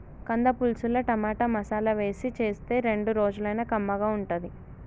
కంద పులుసుల టమాటా, మసాలా వేసి చేస్తే రెండు రోజులైనా కమ్మగా ఉంటది